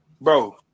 Bro